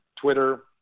Twitter